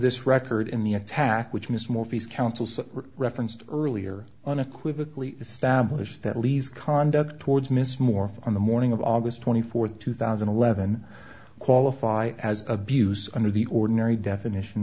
this record in the attack which missed morphy's councils referenced earlier on equivocally establish that lee's conduct towards miss morphy on the morning of august twenty fourth two thousand and eleven qualify as abuse under the ordinary definition